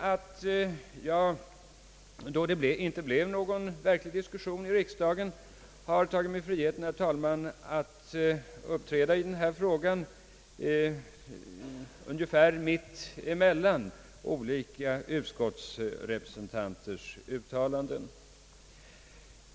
Att det då inte blev någon verklig diskussion i riksdagen är, herr talman, bakgrunden till ait jag nu har tagit mig friheten att uppträda i denna debatt ungefär mitt emellan olika utskottsrepresentanters uttalanden.